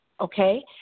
Okay